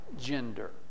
gender